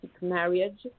marriage